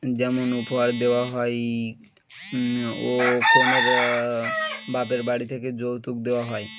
যেমন উপহার দেওয়া হয় ও কোন বাপের বাড়ি থেকে যৌতুক দেওয়া হয়